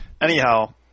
anyhow